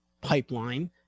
pipeline